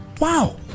wow